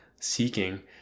seeking